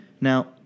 Now